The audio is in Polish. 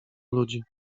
ludzi